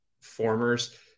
formers